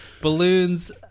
balloons